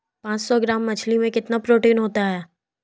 पांच सौ ग्राम मछली में कितना प्रोटीन होता है?